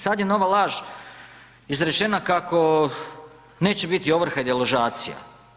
Sada je nova laž izrečena kako neće biti ovrha i deložacija.